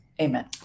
Amen